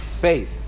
faith